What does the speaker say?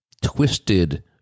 twisted